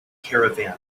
caravan